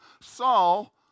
Saul